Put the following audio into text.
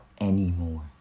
anymore